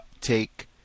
take